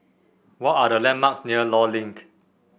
what are the landmarks near Law Link